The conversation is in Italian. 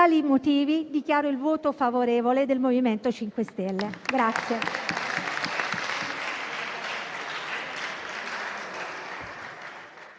tali motivi, dichiaro il voto favorevole del MoVimento 5 Stelle.